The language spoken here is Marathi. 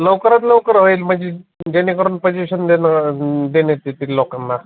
लवकरात लवकर होईल म्हणजे जेणेकरून पजेशन देणं देण्यात येतील लोकांना